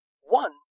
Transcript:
One